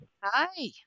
Hi